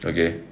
okay